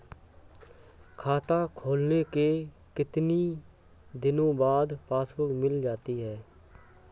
खाता खोलने के कितनी दिनो बाद पासबुक मिल जाएगी?